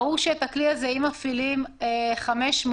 ברור שאם מפעילים את הכלי הזה על 500,